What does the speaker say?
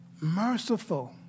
merciful